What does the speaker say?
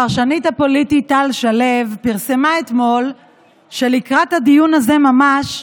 הפרשנית הפוליטית טל שלו פרסמה אתמול שלקראת הדיון הזה ממש,